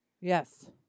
yes